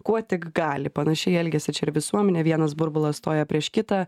kuo tik gali panašiai elgiasi čia ir visuomenė vienas burbulas stoja prieš kitą